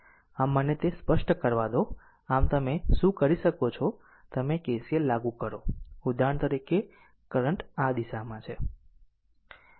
આમ મને તે સ્પષ્ટ કરવા દો આમ તમે શું કરી શકો છો તમે KCL લાગુ કરો ઉદાહરણ તરીકે કરંટ આ દિશામાં છે